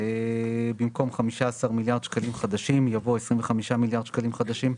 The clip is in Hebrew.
במקום "15 מיליארד שקלים חדשים" יבוא "20 מיליארד שקלים חדשים".